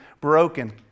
broken